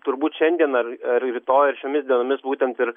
turbūt šiandien ar ar rytoj ar šiomis dienomis būtent ir